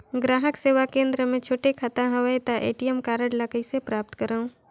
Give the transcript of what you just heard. ग्राहक सेवा केंद्र मे छोटे खाता हवय त ए.टी.एम कारड कइसे प्राप्त करव?